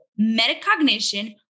metacognition